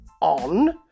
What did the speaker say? on